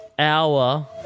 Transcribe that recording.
hour